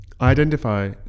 Identify